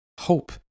hope